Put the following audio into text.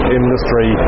industry